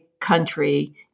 country